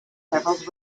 traveled